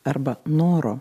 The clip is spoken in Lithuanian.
arba noro